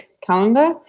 calendar